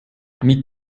mit